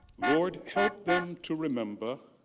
lord, help them to remember